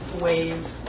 wave